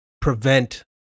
prevent